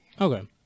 Okay